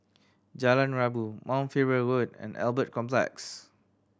Jalan Rabu Mount Faber Road and Albert Complex